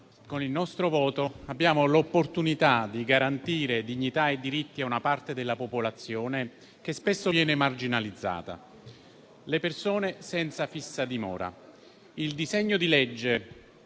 con il nostro voto abbiamo l'opportunità di garantire dignità e diritti a una parte della popolazione che spesso viene marginalizzata, le persone senza fissa dimora. Il disegno di legge,